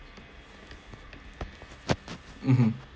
mmhmm